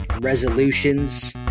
resolutions